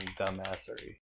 dumbassery